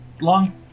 long